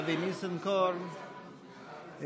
אבי ניסנקורן,